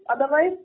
otherwise